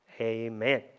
Amen